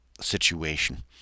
situation